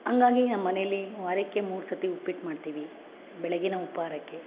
ಹಂಗಾಗಿ ನಮ್ಮನೆಯಲ್ಲಿ ವಾರಕ್ಕೆ ಮೂರು ಸರ್ತಿ ಉಪ್ಪಿಟ್ಟು ಮಾಡ್ತೀವಿ ಬೆಳಗ್ಗಿನ ಉಪಹಾರಕ್ಕೆ